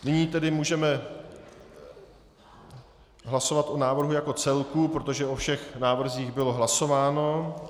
Nyní tedy můžeme hlasovat o návrhu jako celku, protože o všech návrzích bylo hlasováno.